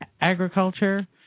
agriculture